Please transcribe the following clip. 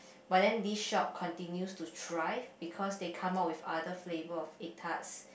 but then this shop continue to thrive because they come out with other flavours of egg tarts